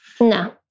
No